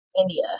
India